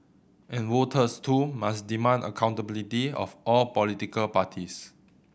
and voters too must demand accountability of all political parties